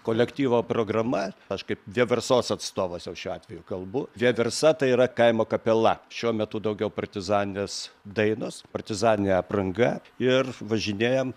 kolektyvo programa aš kaip vieversos atstovas jau šiuo atveju kalbu vieversa tai yra kaimo kapela šiuo metu daugiau partizaninės dainos partizaninė apranga ir važinėjam